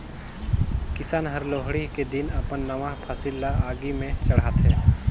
किसान हर लोहड़ी के दिन अपन नावा फसिल ल आगि में चढ़ाथें